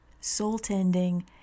soul-tending